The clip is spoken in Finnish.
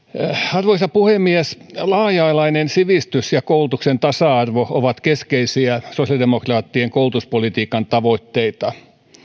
arvoisa puhemies laaja alainen sivistys ja koulutuksen tasa arvo ovat keskeisiä sosiaalidemokraattien koulutuspolitiikan tavoitteita